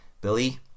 Billy